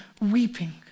weeping